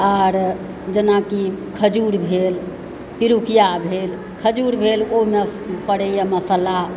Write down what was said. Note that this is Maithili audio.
आर जेनाकि खजूर भेल पिरुकिया भेल खजूर भेल ओहिमे पड़ैए मसाला